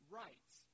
rights